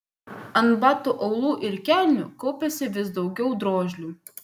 ant batų aulų ir kelnių kaupėsi vis daugiau drožlių